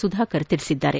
ಸುಧಾಕರ್ ಹೇಳಿದ್ದಾರೆ